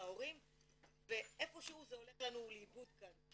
מההורים ואיפשהו זה הולך לנו לאיבוד כאן,